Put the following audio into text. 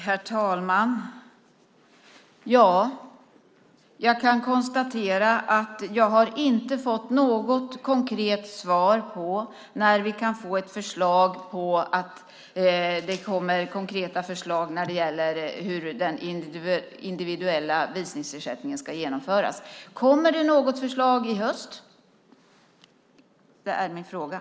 Herr talman! Jag kan konstatera att jag inte har fått något konkret svar på när vi kan få konkreta förslag på hur den individuella visningsersättningen ska genomföras. Kommer det något förslag i höst? Det är min fråga.